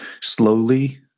slowly